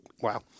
Wow